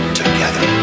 together